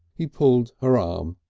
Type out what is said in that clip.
he pulled her arm.